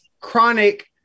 chronic